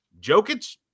Jokic